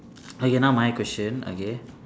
okay now my question okay